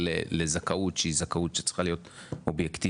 לזכאות שהיא זכאות שצריכה להיות אובייקטיבית.